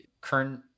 current